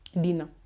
dinner